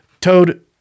Toad